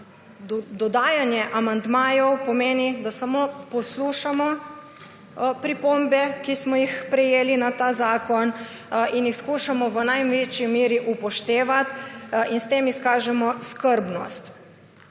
dodajanje amandmajev pomeni, da samo poslušamo pripombe, ki smo jih prejeli na ta zakon, in jih skušamo v največji meri upoštevati, s čimer izkazujemo skrbnost.